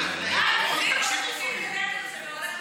אורלי,